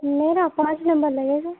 मेरा पाँच नम्बर लगेगा